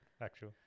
actual